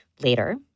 Later